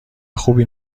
خوبی